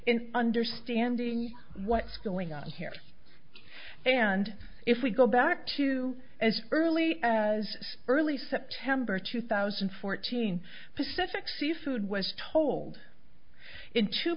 in understanding what's going on here and if we go back to as early as early september two thousand and fourteen pacific seafood was told in two